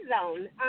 zone